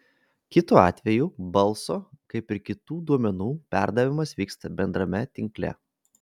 kitu atveju balso kaip ir kitų duomenų perdavimas vyksta bendrame tinkle